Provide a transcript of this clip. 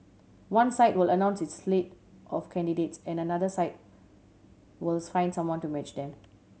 one side will announce its slate of candidates and the another side will finds someone to match them